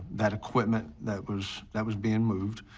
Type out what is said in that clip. that equipment that was, that was being moved.